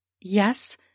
yes